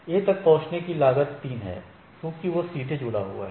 A तक पहुंचने की लागत 3 है क्योंकि यह सीधे जुड़ा हुआ है